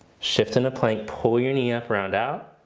shift into plank pull your knee up round out.